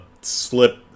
slip